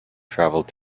travelled